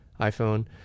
iPhone